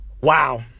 Wow